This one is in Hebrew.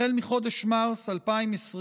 החל מחודש מרץ 2020,